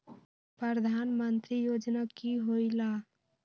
प्रधान मंत्री योजना कि होईला?